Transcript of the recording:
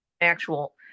Actual